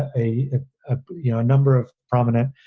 ah a ah yeah ah number of prominent